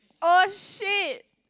oh shit